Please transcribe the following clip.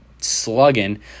slugging